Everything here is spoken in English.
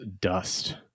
Dust